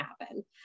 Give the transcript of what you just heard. happen